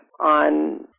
on